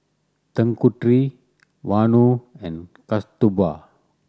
Tanguturi Vanu and Kasturba